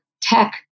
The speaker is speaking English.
tech